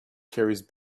carries